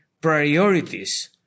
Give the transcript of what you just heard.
priorities